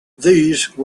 these